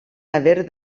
haver